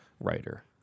writer